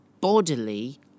bodily